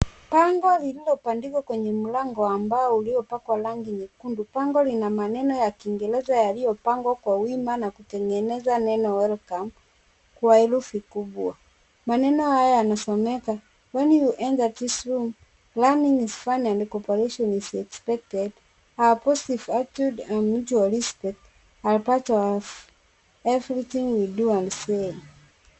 Pango lililo pandikwa kwenye mlango wa mbao ulio pakwa langi nyekundu, pango lina maneno ya kiingereza yaliyo pangwa kwa wima na kutengeneza neno (cs)welcome(cs), kwa herufi kubwa, maneno haya yanasomeka, (cs)when you enter this room, learning is fun and cooperation is expected, a positive attitude and mutual respect, are part of, everything you do and say(cs).